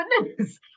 goodness